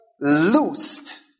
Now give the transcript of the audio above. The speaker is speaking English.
loosed